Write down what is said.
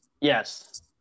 yes